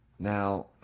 Now